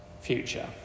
future